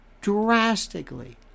drastically